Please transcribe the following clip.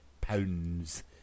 pounds